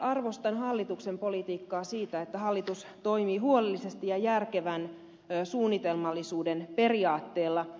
arvostan hallituksen politiikkaa siitä että hallitus toimii huolellisesti ja järkevän suunnitelmallisuuden periaatteella